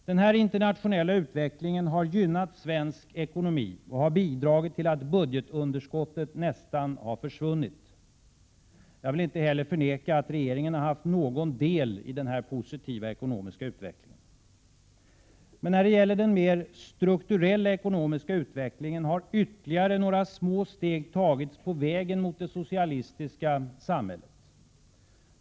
Denna internationella utveckling har gynnat svensk ekonomi och bidragit till att budgetunderskottet nästan försvunnit. Jag vill inte heller förneka att regeringen har haft någon del i den positiva ekonomiska utvecklingen. Men när det gäller den mer strukturella ekonomiska utvecklingen har ytterligare några små steg tagits på vägen mot det socialistiska samhället.